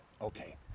Okay